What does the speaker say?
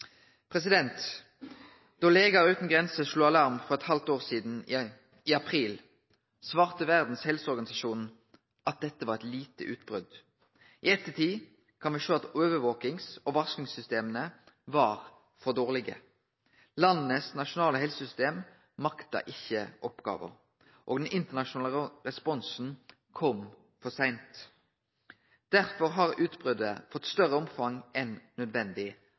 Grenser slo alarm for eit halvt år sidan, i april, svarte Verdas helseorganisasjon at dette var eit lite utbrot. I ettertid kan me sjå at overvakings- og varslingssystema var for dårlege. Dei nasjonale helsesystema i landa makta ikkje oppgåva. Den internasjonale responsen kom for seint. Derfor har utbrotet fått større omfang enn nødvendig.